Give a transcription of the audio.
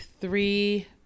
three